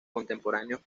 contemporáneos